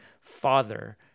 Father